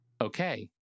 Okay